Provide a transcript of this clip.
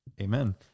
Amen